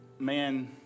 man